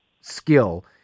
skill